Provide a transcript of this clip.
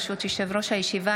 ברשות יושב-ראש הישיבה,